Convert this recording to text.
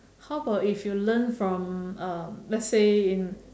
how about if you learn from um let's say